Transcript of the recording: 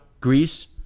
Greece